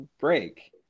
break